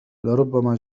لربما